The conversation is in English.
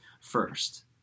first